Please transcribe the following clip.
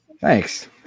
Thanks